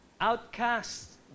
outcasts